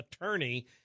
attorney